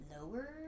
lower